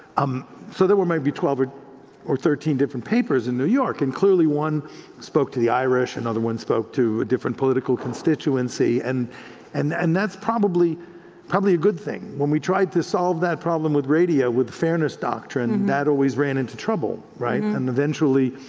um so there were maybe twelve or or thirteen different papers in new york, and clearly one spoke to the irish, another one spoke to a different political constituency. and and and that's probably probably a good thing. when we tried to solve that problem with radio with the fairness doctrine, that always ran into trouble, and eventually,